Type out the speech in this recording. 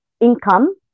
income